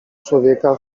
człowieka